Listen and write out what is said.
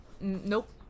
nope